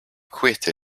quit